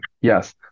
Yes